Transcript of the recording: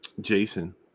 Jason